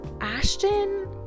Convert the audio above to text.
ashton